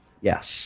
Yes